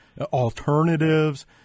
alternatives